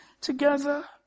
together